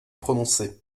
prononcé